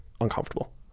uncomfortable